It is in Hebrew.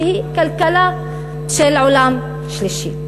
שהיא כלכלה של עולם שלישי.